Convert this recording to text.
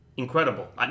Incredible